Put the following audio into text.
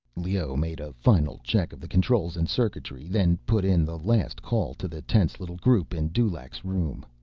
leoh made a final check of the controls and circuitry, then put in the last call to the tense little group in dulaq's room.